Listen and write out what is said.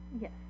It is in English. Yes